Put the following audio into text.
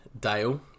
Dale